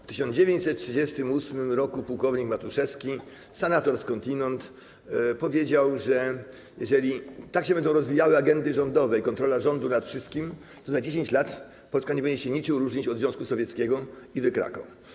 W 1938 r. płk Matuszewski, senator skądinąd, powiedział, że jeżeli tak się będą rozwijały agendy rządowe i kontrola rządu nad wszystkim, to za 10 lat Polska nie będzie się niczym różnić od Związku Sowieckiego, i wykrakał.